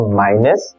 minus